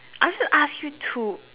I'm gonna to ask you two